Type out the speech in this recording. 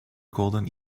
golden